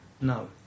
no